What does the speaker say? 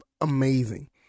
amazing